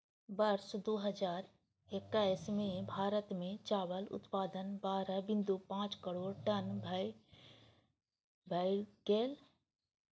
वर्ष दू हजार एक्कैस मे भारत मे चावल उत्पादन बारह बिंदु पांच करोड़ टन भए गेलै